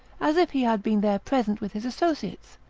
as if he had been there present with his associates